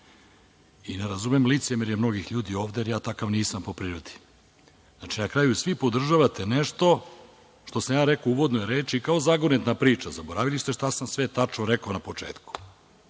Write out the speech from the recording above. I, ne razumem licemerje mnogih ljudi ovde, jer ja takav nisam po prirodi. Znači, na kraju svi podržavate nešto što sam ja rekao u uvodnoj reči i kao zagonetna priča, zaboravili ste šta sam sve tačno rekao na početku. Niti